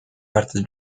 partes